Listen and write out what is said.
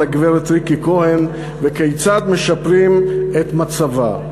הגברת ריקי כהן וכיצד משפרים את מצבה.